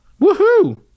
Woohoo